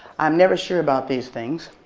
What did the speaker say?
i'm never sure about these things.